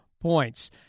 points